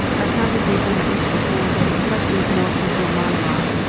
our conversation had reached the point where his questions morphed into a monologue.